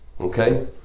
okay